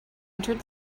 entered